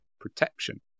protection